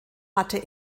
hatte